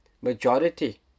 majority